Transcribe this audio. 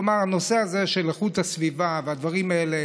כלומר הנושא הזה של איכות הסביבה והדברים האלה,